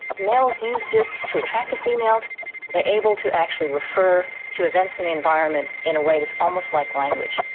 males use this to attract the females. they are able to actually refer to events in the environment in a way that's almost like language.